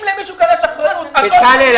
אם למישהו כאן יש אחריות --- בצלאל,